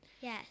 Yes